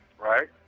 Right